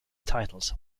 titles